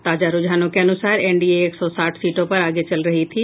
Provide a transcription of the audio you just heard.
ताजा रूझानों के अनुसार एनडीए एक सौ साठ सीटों पर आगे चल रही थी